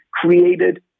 created